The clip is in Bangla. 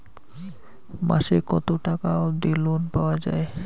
মাসে কত টাকা অবধি লোন পাওয়া য়ায়?